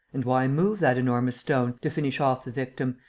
and why move that enormous stone, to finish off the victim,